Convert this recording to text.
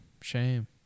shame